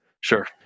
Sure